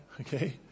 okay